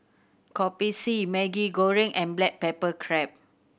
Kopi C Maggi Goreng and black pepper crab